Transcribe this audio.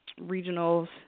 regionals